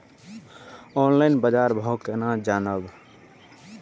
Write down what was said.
Online बाजार भाव केना जानब?